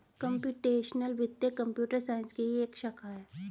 computational वित्त computer science की ही एक शाखा है